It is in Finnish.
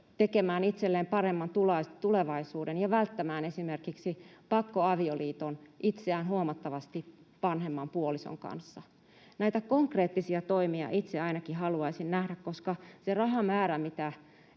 tekemään itselleen paremman tulevaisuuden ja välttämään esimerkiksi pakkoavioliiton itseään huomattavasti vanhemman puolison kanssa? Näitä konkreettisia toimia ainakin itse haluaisin nähdä, koska mitä